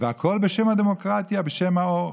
הכול בשם הדמוקרטיה, בשם האור.